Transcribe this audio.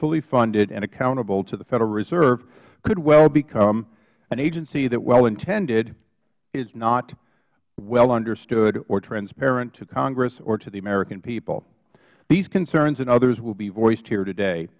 fully funded and accountable to the federal reserve could well become an agency that while wellintended is not wellunderstood or transparent to congress or to the american people these concerns and others will be voiced here today